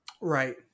Right